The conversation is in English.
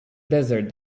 desert